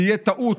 תהיה טעות,